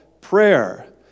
prayer